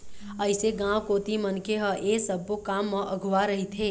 अइसे गाँव कोती मनखे ह ऐ सब्बो काम म अघुवा रहिथे